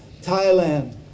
Thailand